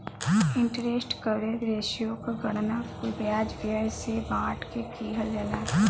interest coverage ratio क गणना कुल ब्याज व्यय से बांट के किहल जाला